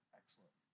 excellent